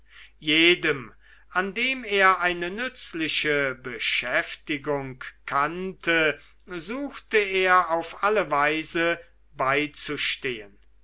jedem an dem er eine nützliche beschäftigung kannte suchte er auf alle weise beizustehen